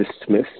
dismiss